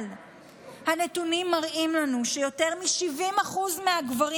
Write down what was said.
אבל הנתונים מראים לנו שיותר מ-70% מהגברים